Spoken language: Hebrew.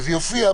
כבוד היושב-ראש?